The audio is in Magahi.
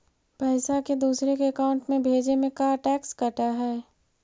पैसा के दूसरे के अकाउंट में भेजें में का टैक्स कट है?